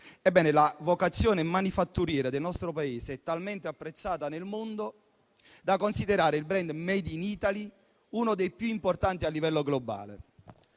la vocazione manifatturiera del nostro Paese è talmente apprezzata nel mondo da far considerare il *brand made in Italy* uno dei più importanti a livello globale.